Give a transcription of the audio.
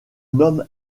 nomme